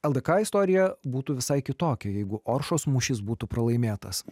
ldk istorija būtų visai kitokia jeigu oršos mūšis būtų pralaimėtas